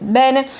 bene